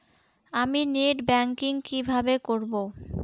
আমি net banking কিভাবে করব?